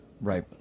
Right